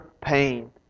pain